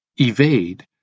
evade